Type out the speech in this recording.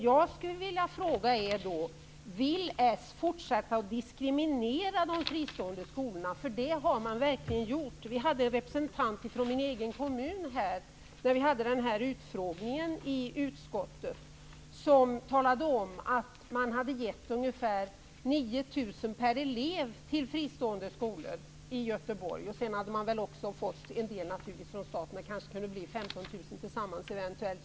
Vill Socialdemokraterna fortsätta att diskriminera de fristående skolorna, vilket man tidigare har gjort? Vid den här utfrågningen i utskottet deltog en representant från min kommun, Göteborg, som talade om att man hade gett de fristående skolorna ungefär 9 000 kr per elev. De hade naturligtvis också fått en del från staten. Det kanske blev 15 000 sammanlagt.